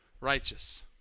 righteous